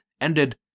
ended